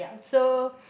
so